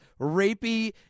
rapey